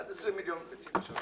עד 20 מיליון ביצים.